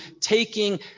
taking